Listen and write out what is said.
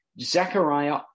Zechariah